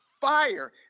fire